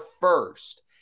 first